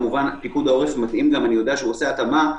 פיקוד העורף - אני יודע שהוא עושה התאמה,